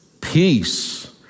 Peace